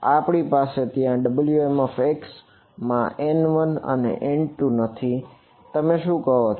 આપણે પાસે ત્યાં Wmx માં n1 અને n2 નથી તમે શું કહો છો